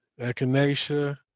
echinacea